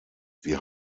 wir